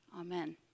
Amen